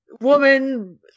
woman